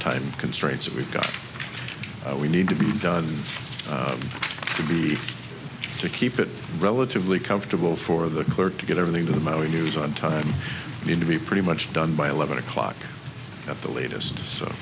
time constraints that we've got we need to be done to be to keep it relatively comfortable for the board to get everything to the news on time need to be pretty much done by eleven o'clock at the latest so